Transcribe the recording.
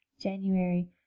January